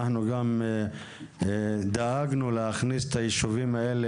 אנחנו גם דאגנו להכניס את הישובים האלה